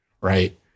right